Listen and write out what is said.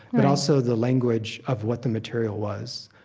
but also the language of what the material was.